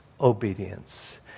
Obedience